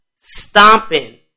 stomping